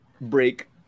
break